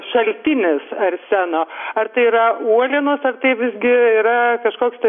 šaltinis arseno ar tai yra uolienos ar visgi yra kažkoks tai